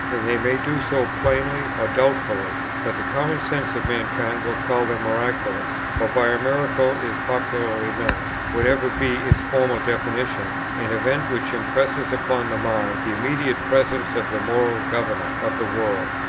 and they may do so plainly or doubtfully, but the common sense of mankind will call them miraculous for by a miracle is popularly meant, whatever be its formal definition, an event which impresses upon the mind the immediate presence of the moral governor of the world.